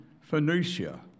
Phoenicia